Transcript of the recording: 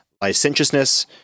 licentiousness